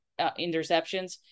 interceptions